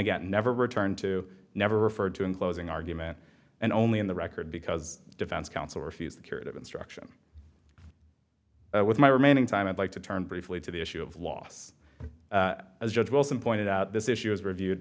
again never return to never referred to in closing argument and only in the record because defense counsel refused curative instruction with my remaining time i'd like to turn briefly to the issue of loss as judge wilson pointed out this issue was reviewed